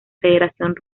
federación